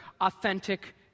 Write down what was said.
authentic